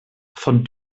von